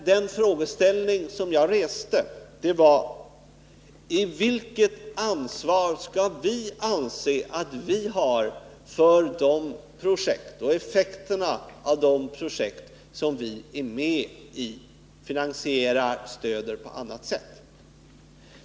Den fråga som jag ställde löd: Vilket ansvar skall vi anse att vi har för effekterna av de projekt som vi finansierar och på annat sätt stöder?